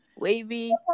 wavy